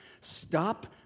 Stop